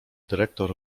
dyrektor